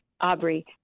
Aubrey